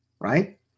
right